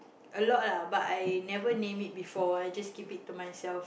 a lot lah but I never name it before I just keep it to myself